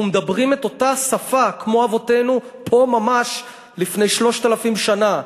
אנחנו מדברים את אותה שפה כמו אבותינו פה ממש לפני 3,000 שנה,